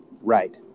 Right